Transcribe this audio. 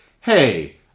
Hey